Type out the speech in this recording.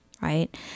right